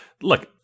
look